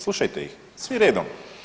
Slušajte ih, svi redom.